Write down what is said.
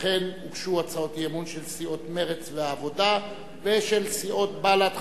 וכן הוגשו הצעות אי-אמון של סיעות מרצ והעבודה ושל סיעות בל"ד,